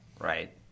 Right